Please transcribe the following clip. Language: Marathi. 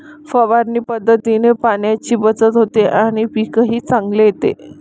फवारणी पद्धतीने पाण्याची बचत होते आणि पीकही चांगले येते